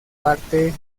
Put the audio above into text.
parte